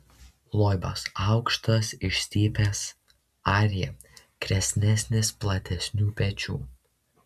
loibas aukštas išstypęs arjė kresnesnis platesnių pečių